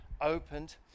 opened